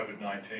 COVID-19